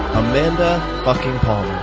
amanda fucking